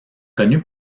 connu